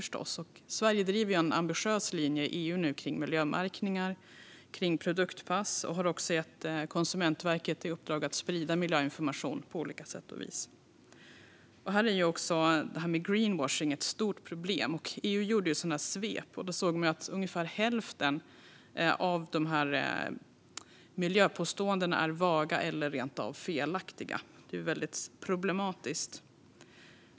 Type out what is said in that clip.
Sverige driver på för en ambitiös linje i EU när det gäller miljömärkningar och produktpass, och Konsumentverket har fått i uppdrag att sprida miljöinformation på olika sätt. Greenwashing är ett stort problem. När EU gjorde ett svep såg man att ungefär hälften av miljöpåståendena var vaga eller rent av felaktiga. Detta är problematiskt.